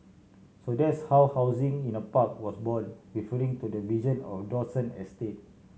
so that's how housing in a park was born referring to the vision of Dawson estate